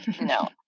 No